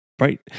Right